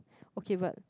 okay but